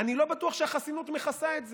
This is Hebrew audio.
אני לא בטוח שהחסינות מכסה את זה.